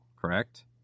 correct